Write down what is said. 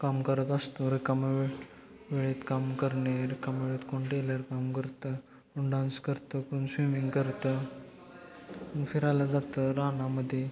काम करत असतो रिकामा वेळ वेळेत काम करणे रिकामा वेळेत कोण टेलर काम करतं कोण डान्स करतं कोण स्विमिंग करतं फिरायला जातं रानामध्ये